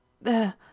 There